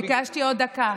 ביקשתי עוד דקה.